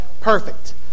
perfect